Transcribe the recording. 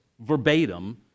verbatim